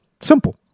Simple